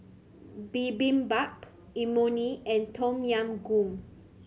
Bibimbap Imoni and Tom Yam Goong